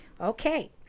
okay